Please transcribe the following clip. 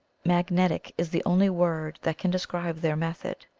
magnetic' is the only word that can describe their method.